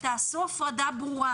אני מבקשת לעשות הפרדה ברורה